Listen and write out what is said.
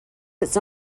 its